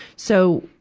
so,